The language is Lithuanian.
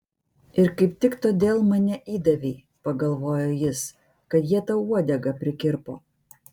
ir kaip tik todėl mane įdavei pagalvojo jis kad jie tau uodegą prikirpo